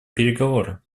переговоры